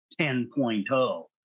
10.0